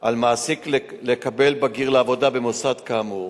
אוסר על מעסיק לקבל בגיר לעבודה במוסד כאמור